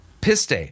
piste